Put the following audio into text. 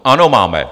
Ano, máme!